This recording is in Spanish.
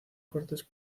cortes